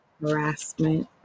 Harassment